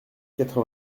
quatre